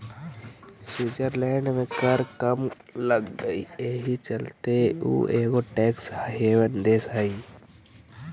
Switzerland में कर कम लग हई एहि चलते उ एगो टैक्स हेवन देश हई